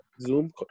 Zoom